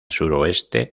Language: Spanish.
suroeste